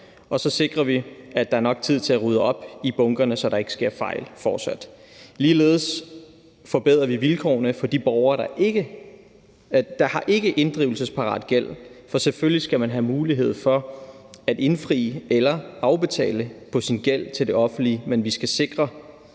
og så sikrer vi, at der er nok tid til at rydde op i bunkerne, så der ikke fortsat sker fejl. Ligeledes forbedrer vi vilkårene for de borgere, der har ikkeinddrivelsesparat gæld, for selvfølgelig skal man have mulighed for at indfri eller afbetale på sin gæld til det offentlige.